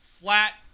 flat